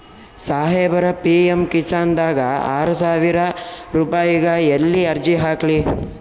ಸಾಹೇಬರ, ಪಿ.ಎಮ್ ಕಿಸಾನ್ ದಾಗ ಆರಸಾವಿರ ರುಪಾಯಿಗ ಎಲ್ಲಿ ಅರ್ಜಿ ಹಾಕ್ಲಿ?